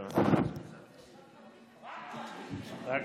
רק פרטי.